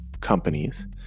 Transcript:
companies